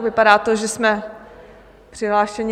Vypadá to, že jsme přihlášeni.